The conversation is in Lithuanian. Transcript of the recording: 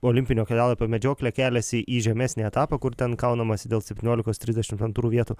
olimpinio kelialapio medžioklė keliasi į žemesnį etapą kur ten kaunamasi dėl septyniolikos trisdešim antrų vietų